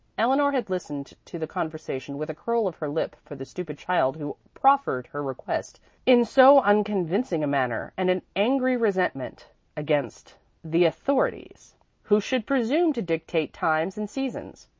eleanor had listened to the conversation with a curl of her lip for the stupid child who proffered her request in so unconvincing a manner, and an angry resentment against the authorities who should presume to dictate times and seasons.